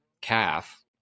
calf